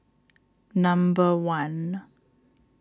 number one